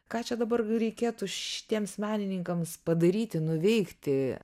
ką čia dabar reikėtų šitiems menininkams padaryti nuveikti